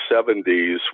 70s